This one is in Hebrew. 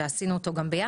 וגם עשינו אותו ביחד,